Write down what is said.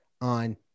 on